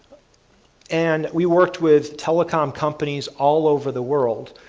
and we worked with telecom companies all over the world,